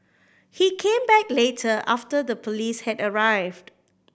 he came back later after the police had arrived